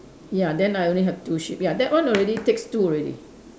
ya then I only have two sheep ya that one already takes two already